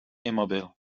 immobile